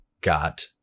got